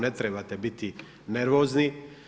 Ne trebate biti nervozni.